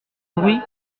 bruit